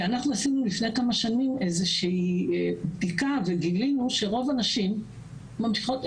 לפני מספר שנים עשינו איזושהי בדיקה וגילינו שרוב הנשים ממשיכות לעבוד.